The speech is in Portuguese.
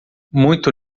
muito